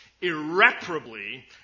irreparably